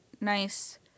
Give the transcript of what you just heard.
nice